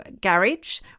Garage